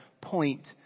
point